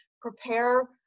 Prepare